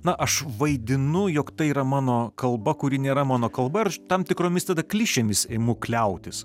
na aš vaidinu jog tai yra mano kalba kuri nėra mano kalba ir aš tam tikromis tada klišėmis imu kliautis